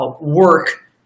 work